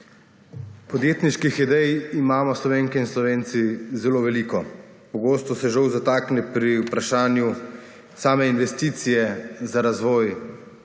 Podjetniških idej imamo Slovenke in Slovenci zelo veliko. Pogosto se žal zatakne pri vprašanju same investicije za razvoj